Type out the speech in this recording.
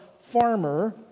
farmer